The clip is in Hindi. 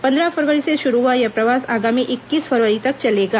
पंद्रह फरवरी से शुरू हुआ यह प्रवास आगामी इक्कीस फरवरी तक चलेगा